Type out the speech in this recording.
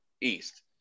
east